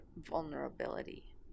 vulnerability